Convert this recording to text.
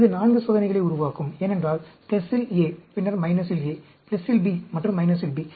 இது 4 சோதனைகளை உருவாக்கும் ஏனென்றால் இல் A பின்னர் - இல் A இல் B மற்றும் - இல் B